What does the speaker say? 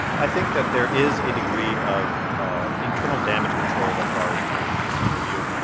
i think that there is a degree of ah internal damage control that barr is doing with this interview.